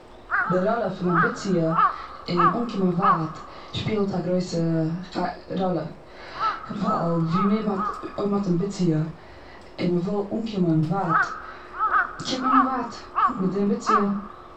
די ראלע פון אמביציע און אנקומען ווייט שפילט א גרויסע ראלע. ווייל ווי מער, אויב מ'האט אמביציע, און מ'וויל אנקומען ווייט, קומט מען אן ווייט מיט די אמביציע.